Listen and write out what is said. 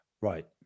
Right